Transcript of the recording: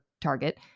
target